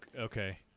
okay